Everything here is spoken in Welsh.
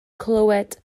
clywed